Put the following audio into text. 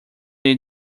need